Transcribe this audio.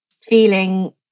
feeling